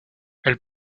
elle